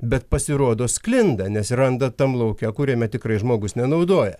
bet pasirodo sklinda nes randa tam lauke kuriame tikrai žmogus nenaudoja